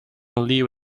leave